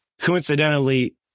coincidentally